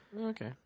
Okay